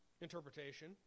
interpretation